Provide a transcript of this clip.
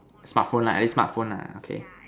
smartphone lah at least smartphone lah okay